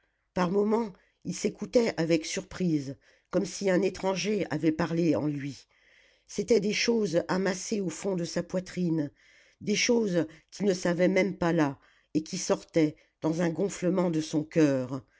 par moments il s'écoutait avec surprise comme si un étranger avait parlé en lui c'étaient des choses amassées au fond de sa poitrine des choses qu'il ne savait même pas là et qui sortaient dans un gonflement de son coeur